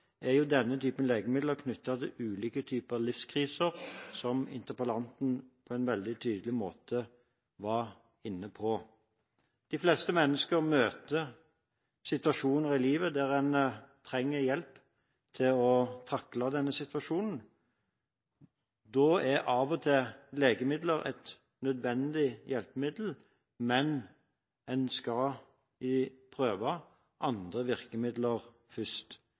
til ulike typer livskriser, som interpellanten på en veldig tydelig måte var inne på. De fleste mennesker møter situasjoner i livet der man trenger hjelp til å takle situasjonen. Da er av og til legemidler et nødvendig hjelpemiddel, men en skal prøve andre virkemidler først.